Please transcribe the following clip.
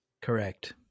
Correct